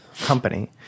company